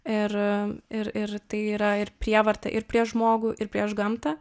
ir ir ir tai yra ir prievarta ir prieš žmogų ir prieš gamtą